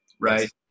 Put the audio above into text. Right